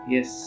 Yes